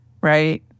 right